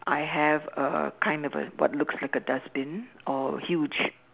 I have a kind of a what looks like a dustbin or huge